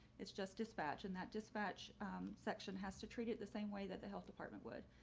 it's just dispatch and that dispatch section has to treat it the same way that the health department would.